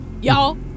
y'all